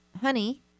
honey